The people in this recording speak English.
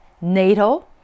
NATO